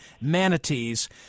manatees